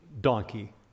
donkey